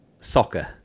soccer